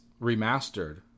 Remastered